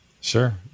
Sure